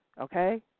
Okay